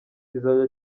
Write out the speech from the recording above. kizajya